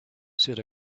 said